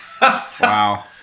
Wow